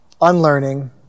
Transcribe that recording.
unlearning